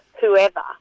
whoever